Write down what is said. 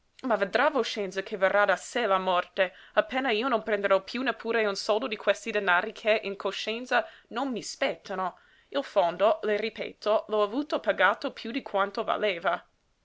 ma vedrà voscenza che verrà da sé la morte appena io non prenderò piú neppure un soldo di questi denari che in coscienza non mi spettano il fondo le ripeto l'ho avuto pagato piú di quanto valeva